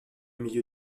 milieu